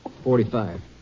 Forty-five